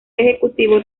ejecutivo